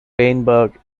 weinberg